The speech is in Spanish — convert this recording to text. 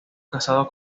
casado